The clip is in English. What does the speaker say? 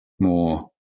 more